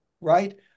right